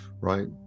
right